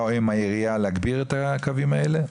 ועם העירייה לתגבר את הקווים האלה?